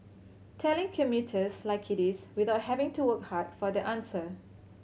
telling commuters like it is without having to work hard for the answer